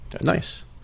Nice